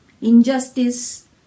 injustice